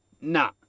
Nah